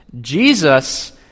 Jesus